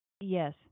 Yes